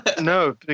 no